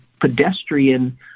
pedestrian